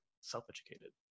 self-educated